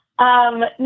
No